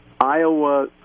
Iowa